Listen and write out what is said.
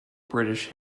british